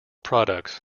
products